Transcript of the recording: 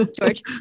George